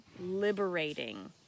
liberating